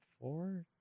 four